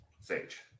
Sage